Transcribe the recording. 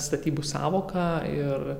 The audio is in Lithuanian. statybų sąvoką ir